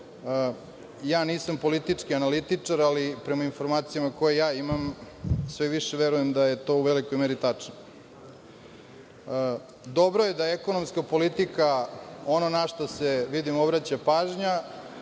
ja nisam politički analitičar, ali prema informacijama koje ja imam sve više verujem da je to u velikoj meri tačno. Dobro je da je ekonomska politika ono na šta se obraća pažnja.